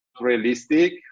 realistic